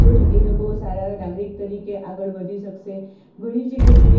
તો જ એ લોકો સારા નાગરિક તરીકે આગળ વધી શકશે ઘણી જગ્યાએ